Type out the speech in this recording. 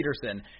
Peterson